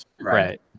Right